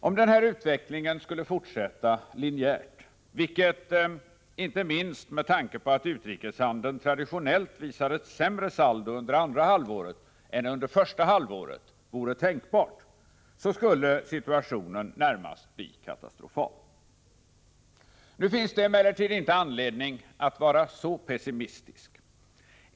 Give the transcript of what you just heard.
Om denna utveckling skulle fortsätta linjärt, vilket inte minst med tanke på att utrikeshandeln traditionellt visar ett sämre saldo under andra halvåret än under första halvåret vore tänkbart, skulle situationen närmast bli katastrofal. Nu finns det emellertid inte anledning att vara så pessimistisk.